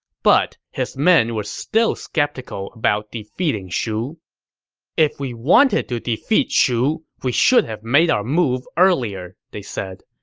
but his men were still skeptical about defeating shu if we wanted to defeat shu, we should have made our move earlier, they said.